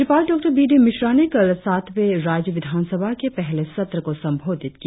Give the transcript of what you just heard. राज्यपाल डॉ B D Mishra ने कल सातवें राज्य विधानसभा के पहले सत्र को संबोधित किया